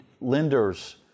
lenders